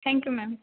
thank you ma'am